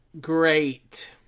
Great